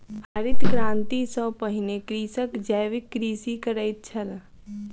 हरित क्रांति सॅ पहिने कृषक जैविक कृषि करैत छल